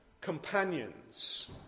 companions